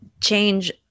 change